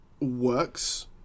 works